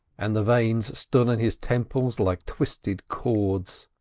and the veins stood on his temples like twisted cords.